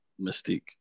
Mystique